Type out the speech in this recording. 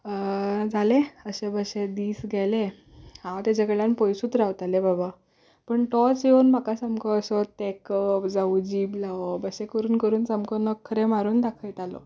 जालें अशे कशे दीस गेले हांव ताजे कडल्यान पयसूच रावतालें बाबा पूण तोच येवन म्हाका सामको असो तेंकप जावं जीब लावप अशें करून करून सामको नकरे मारून दाखयतालो